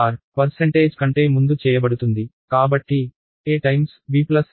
star percentage కంటే ముందు చేయబడుతుంది